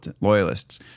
loyalists